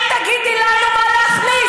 אל תגידי לנו מה להכניס.